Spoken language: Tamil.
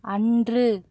அன்று